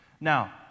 Now